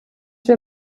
wir